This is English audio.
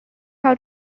how